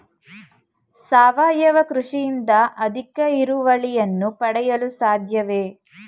ಸಾವಯವ ಕೃಷಿಯಿಂದ ಅಧಿಕ ಇಳುವರಿಯನ್ನು ಪಡೆಯಲು ಸಾಧ್ಯವೇ?